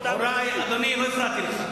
אדוני, לא הפרעתי לך.